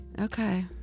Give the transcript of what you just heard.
okay